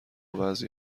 بعضی